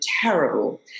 terrible